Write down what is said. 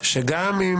שגם אם